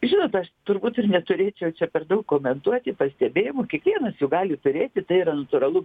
žinot aš turbūt ir neturėčiau čia per daug komentuoti pastebėjimų kiekvienas jų gali turėti tai yra natūralu